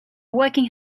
working